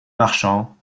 marchands